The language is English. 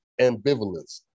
ambivalence